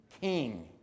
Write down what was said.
King